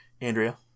andrea